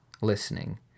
listening